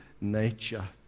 nature